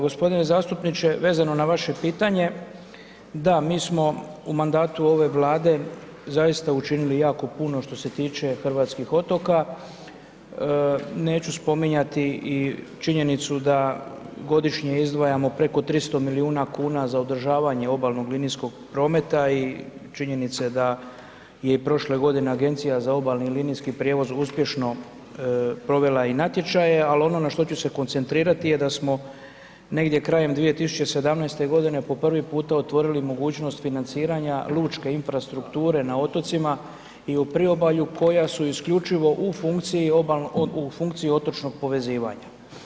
G. zastupniče, vezano na vaše pitanje, da, mi smo u mandatu ove Vlade zaista učinili jako puno što se tiče hrvatskih otoka, neću spominjati i činjenicu da godišnje izdvajamo preko 300 milijuna kuna za održavanje obalnog linijskog prometa i činjenice da je i prošle godine Agencija za obalni i linijski prijevoz uspješno provela i natječaje ali ono na što ću se koncentrirati je da smo negdje krajem 2017. g. po prvi puta otvorili mogućnost financiranja lučke infrastrukture na otocima i u priobalju koja su isključivo u funkciji otočnog povezivanja.